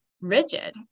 rigid